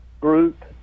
group